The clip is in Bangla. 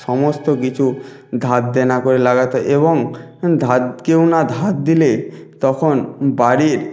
সমস্ত কিছু ধার দেনা করে লাগতে হয় এবং ধার কেউ না ধার দিলে তখন বাড়ির